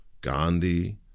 Gandhi